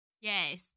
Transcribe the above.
Yes